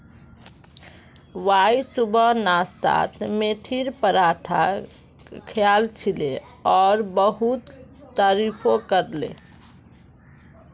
Y सुबह नाश्तात मेथीर पराठा खायाल छिले और बहुत तारीफो करले